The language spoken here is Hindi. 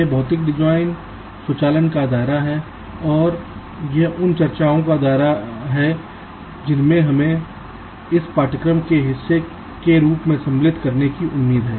यह भौतिक डिजाइन स्वचालन का दायरा है और यह उन चर्चाओं का दायरा है जिनसे हमें इस पाठ्यक्रम के हिस्से के रूप में सम्मिलित करने की उम्मीद है